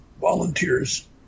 volunteers